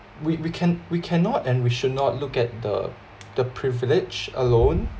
we we can we cannot and we should not look at the the privilege alone